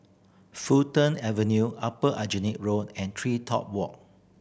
Fulton Avenue Upper Aljunied Road and TreeTop Walk